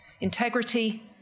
Integrity